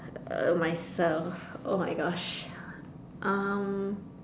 uh myself !oh-my-Gosh! um